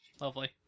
Lovely